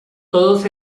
todos